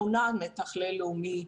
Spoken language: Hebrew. מונה מתכלל לאומי,